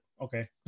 okay